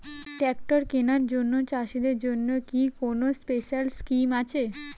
Tractor কেনার জন্য চাষিদের জন্য কি কোনো স্পেশাল স্কিম আছে?